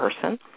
person